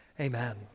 Amen